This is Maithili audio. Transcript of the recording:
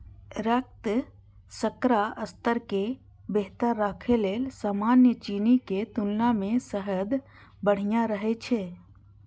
रक्त शर्करा स्तर कें बेहतर राखै लेल सामान्य चीनीक तुलना मे शहद बढ़िया रहै छै